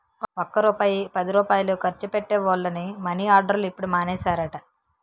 ఒక్క రూపాయి పదిరూపాయలు ఖర్చు పెట్టే వోళ్లని మని ఆర్డర్లు ఇప్పుడు మానేసారట